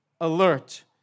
alert